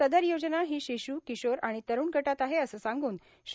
सदर योजना ही शिशू किशोर आणि तरुण गटात आहे असं सांगून श्री